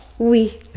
oui